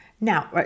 Now